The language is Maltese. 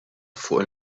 fuq